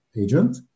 agent